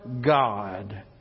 God